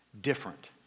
different